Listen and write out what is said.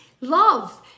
love